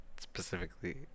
specifically